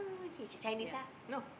yeah no